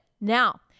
Now